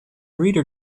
reader